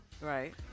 Right